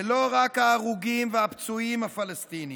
זה לא רק ההרוגים והפצועים הפלסטינים,